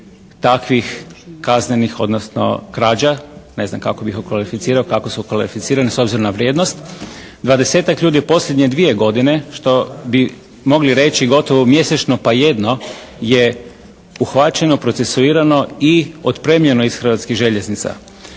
takvih kaznenih odnosno krađa, ne znam kako bih okvalificirao, kako su kvalificirani s obzirom na vrijednost. 20-ak je ljudi u posljednje dvije godine, što bi mogli reći gotovo mjesečno pa jedno je uhvaćeno, procesuirano i otpremljeno iz Hrvatskih željeznica.